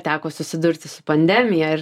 teko susidurti su pandemija ir